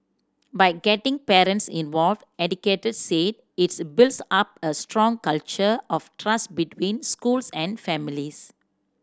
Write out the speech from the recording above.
by getting parents involved educators said it builds up a strong culture of trust between schools and families